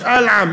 משאל עם.